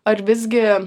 ar visgi